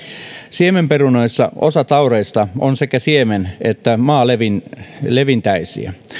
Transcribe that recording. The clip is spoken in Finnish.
siemenperunoissa osa taudeista on sekä siemen että maalevintäisiä maalevintäisiä